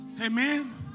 Amen